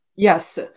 Yes